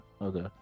Okay